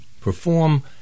perform